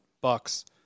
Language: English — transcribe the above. bucks